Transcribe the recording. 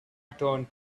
turned